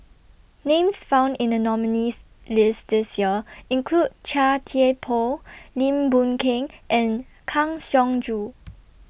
Names found in The nominees' list This Year include Chia Thye Poh Lim Boon Keng and Kang Siong Joo